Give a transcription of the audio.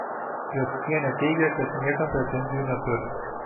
jodkienė teigė kad niekam pretenzijų neturi